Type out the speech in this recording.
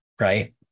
right